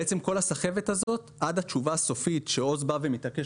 בעצם כל הסחבת הזאת עד התשובה הסופית שעוז בא ומתעקש